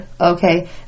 okay